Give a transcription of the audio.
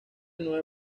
nueve